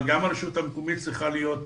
אבל גם הרשות המקומית צריכה להיות